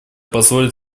позволит